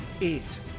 Eight